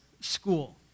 school